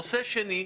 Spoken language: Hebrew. נושא שני,